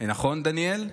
נכון, דניאל?